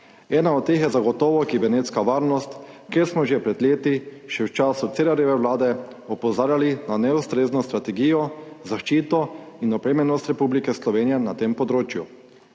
Ena od teh je zagotovo kibernetska varnost, kjer smo že pred leti še v času Cerarjeve vlade opozarjali na neustrezno strategijo, zaščito in opremljenost Republike Slovenije na tem področju.